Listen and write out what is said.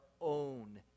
own